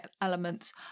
elements